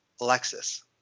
Alexis